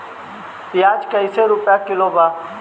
प्याज कइसे रुपया किलो बा?